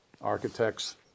architects